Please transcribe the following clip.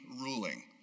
ruling